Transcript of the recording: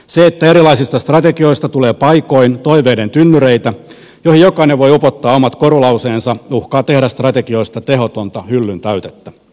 se että erilaisista strategioista tulee paikoin toiveiden tynnyreitä joihin jokainen voi upottaa omat korulauseensa uhkaa tehdä strategioista tehotonta hyllyntäytettä